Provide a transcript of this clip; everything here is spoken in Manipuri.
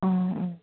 ꯑꯥ ꯑꯥ